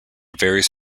various